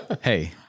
Hey